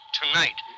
tonight